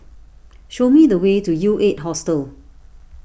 show me the way to U eight Hostel